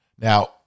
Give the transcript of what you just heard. Now